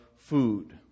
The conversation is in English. food